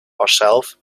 ourselves